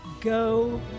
go